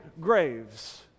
graves